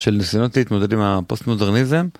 של ניסיונות להתמודד עם הפוסט מודרניזם.